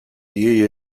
you